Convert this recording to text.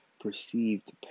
perceived